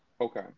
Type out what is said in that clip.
Okay